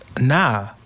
Nah